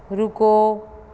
ਰੁਕੋ